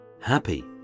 happy